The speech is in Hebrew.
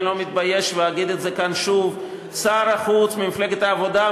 אני לא מתבייש ואגיד את זה שוב: שר חוץ ממפלגת העבודה,